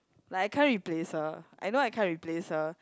like I can't replace her I know I can't replace her